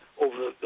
over